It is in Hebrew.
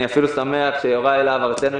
אני אפילו שמח שיוראי להב-הרצנו,